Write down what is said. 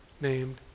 named